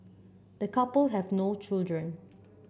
the couple have no children